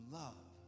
love